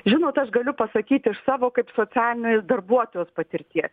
žinot aš galiu pasakyti iš savo kaip socialinės darbuotojos patirties